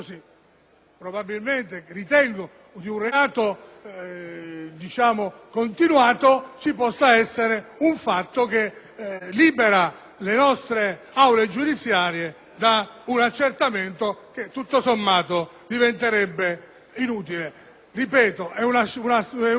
reato continuato, ci possa essere un fatto che libera le nostre aule giudiziarie da un accertamento che tutto sommato diventerebbe inutile. Ripeto: è una scelta equilibrata, ragionevole